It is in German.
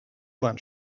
bahn